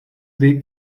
weg